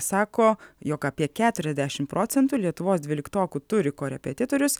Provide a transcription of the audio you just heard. sako jog apie keturiasdešim procentų lietuvos dvyliktokų turi korepetitorius